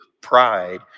pride